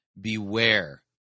Beware